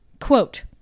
quote